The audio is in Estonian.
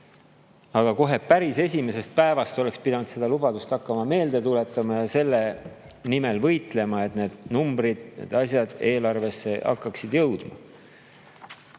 Aga kohe päris esimesest päevast oleks pidanud seda lubadust hakkama meelde tuletama ja selle nimel võitlema, et need numbrid, need asjad eelarvesse jõuaksid.